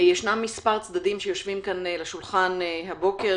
יש כמה צדדים שיושבים סביב השולחן הבוקר,